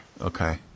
Okay